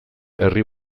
herri